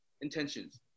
intentions